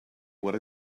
what